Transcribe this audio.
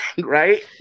right